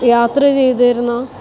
യാത്ര ചെയ്തിരുന്ന